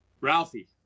Ralphie